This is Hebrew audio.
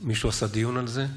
מישהו עשה דיון על זה?